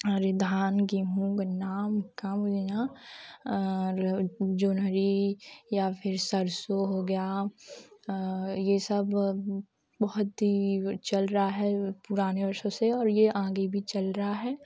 और ये धान गेहूँ गन्ना और मक्का वगैरह जोंधरी या फिर सरसों हो गया ये सब बहुत ही चल रहा है पुराने और सबसे और ये आगे भी चल रहा है